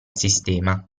sistema